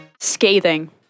Scathing